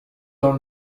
dans